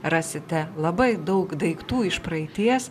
rasite labai daug daiktų iš praeities